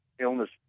illness